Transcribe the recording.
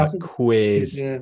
quiz